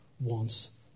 wants